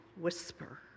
whisper